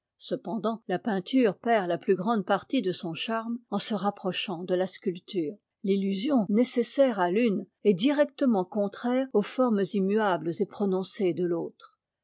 cependant la peinture perd la plus grande partie de son charme en se rapprochant de la sculpture l'illusion nécessaire à l'une est directement contraire aux formes immuables et prononcées de l'autre